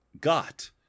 got